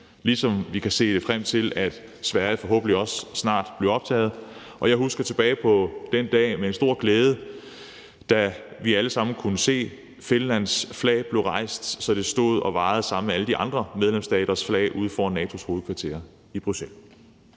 ligesom vi kan se frem til, at Sverige forhåbentlig også snart bliver optaget, og jeg husker tilbage på den dag med stor glæde, da vi alle sammen kunne se Finlands flag blive hejst, så det stod og vajede sammen med alle de andre medlemsstaters flag ude foran NATO's hovedkvarter i Bruxelles.